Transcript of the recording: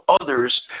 others